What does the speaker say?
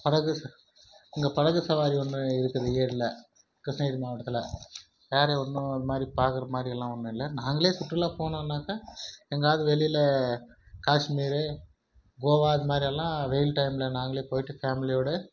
படகு இங்கே படகு சவாரி ஒன்று இருக்குது ஏரியில் கிருஷ்ணகிரி மாவட்டத்தில் வேறு ஒன்றும் அதுமாதிரி பார்க்குற மாதிரியெல்லாம் ஒன்றும் இல்லை நாங்களே சுற்றுலா போனோன்னாக்கா எங்காவது வெளியில் காஷ்மீரு கோவா அது மாதிரியெல்லாம் வெயில் டைமில் நாங்களே போயிட்டு ஃபேமிலியோடு